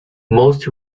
most